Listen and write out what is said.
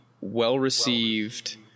well-received